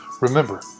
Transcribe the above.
Remember